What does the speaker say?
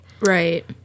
Right